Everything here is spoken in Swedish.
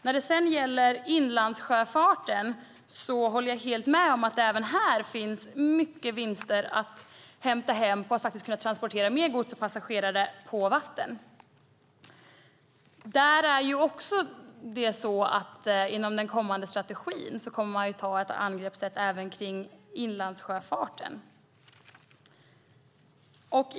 När det gäller inlandssjöfarten håller jag helt med om att det finns mycket vinster att hämta hem genom att kunna transportera mer gods och passagerare på vatten. I den kommande strategin kommer man att ha ett angreppssätt även när det gäller inlandssjöfarten.